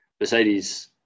Mercedes